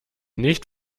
nicht